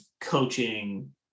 coaching